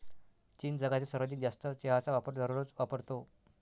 चीन जगातील सर्वाधिक जास्त चहाचा वापर दररोज वापरतो